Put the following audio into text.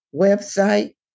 website